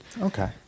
Okay